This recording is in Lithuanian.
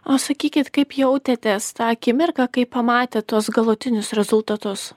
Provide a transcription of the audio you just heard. o sakykit kaip jautėtės tą akimirką kai pamatėt tuos galutinius rezultatus